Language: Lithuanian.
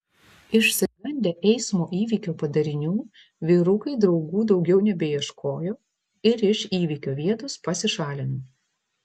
išsigandę eismo įvykio padarinių vyrukai draugų daugiau nebeieškojo ir iš įvykio vietos pasišalino